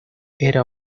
era